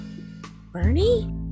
Bernie